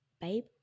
babe